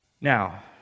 Now